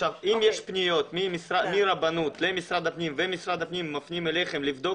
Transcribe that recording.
אם יש פניות מהרבנות למשרד הפנים ומשרד הפנים מפנים אליכם לבדוק